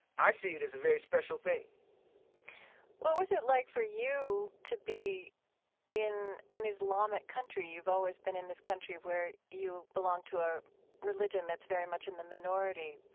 i see it as a very special thing what was it like for you to be in an islamic country? you've always been in this country where you belong to a religion that's very much in the minority.